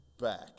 back